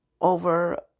over